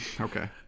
okay